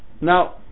now